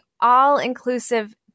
all-inclusive